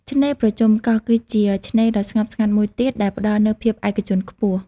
ឆ្នេរប្រជុំកោះ គឺជាឆ្នេរដ៏ស្ងប់ស្ងាត់មួយទៀតដែលផ្តល់នូវភាពឯកជនខ្ពស់។